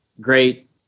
Great